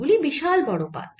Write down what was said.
এগুলি বিশাল বড় পাত